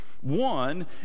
One